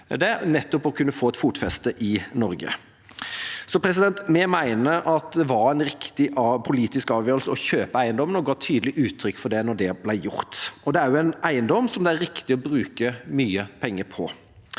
ønsker skal få det, et fotfeste i Norge. Vi mener at det var en riktig politisk avgjørelse å kjøpe eiendommen, og ga tydelig uttrykk for det da det ble gjort. Det er også en eiendom som det er riktig å bruke mye penger på.